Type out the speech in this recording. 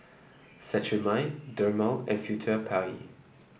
Cetrimide Dermale and Furtere Paris